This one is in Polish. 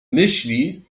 myśli